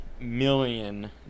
million